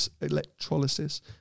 electrolysis